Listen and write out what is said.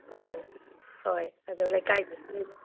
ꯎꯝ ꯍꯣꯏ ꯑꯗꯣ ꯂꯩꯀꯥꯏꯗꯁꯨ